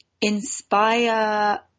inspire